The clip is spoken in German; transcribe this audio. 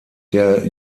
der